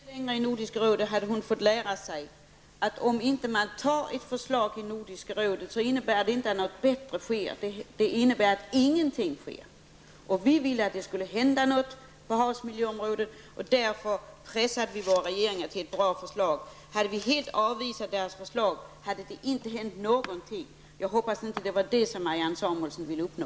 Herr talman! Om Marianne Samuelsson hade varit med litet längre i Nordiska rådet hade hon fått lära sig, att om inte ett förslag antas i Nordiska rådet innebär inte detta att något bättre sker. Det innebär att ingenting sker. Vi ville att det skulle hända något på havsmiljöområdet, och därför pressade vi vår regering till bra förslag. Om vi helt avvisat regeringens förslag hade det inte hänt någonting. Jag hoppas att det inte var detta som Marianne Samuelsson ville uppnå.